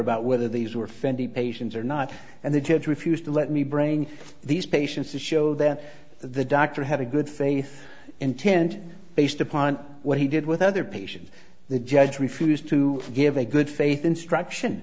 about whether these were fendi patients or not and the children fused to let me bring these patients to show that the doctor had a good faith intent based upon what he did with other patients the judge refused to give a good faith instruction